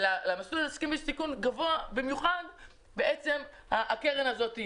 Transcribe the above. ולמסלול העסקים בסיכון גבוה במיוחד בעצם הקרן הזאת,